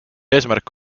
eesmärk